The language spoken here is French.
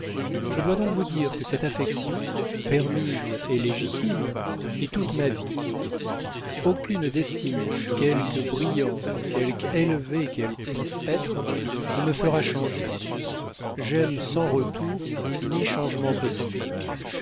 je dois donc vous dire que cette affection permise et légitime est toute ma vie aucune destinée quelque brillante quelque élevée qu'elle puisse être ne me fera changer j'aime sans retour ni changement possible